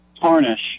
tarnish